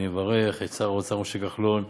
אני מברך את שר האוצר משה כחלון,